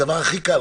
זה הדבר הכי קל.